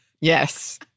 Yes